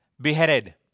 beheaded